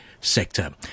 sector